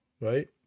right